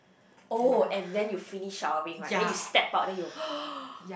oh and then you finish showering right then you step out then you'll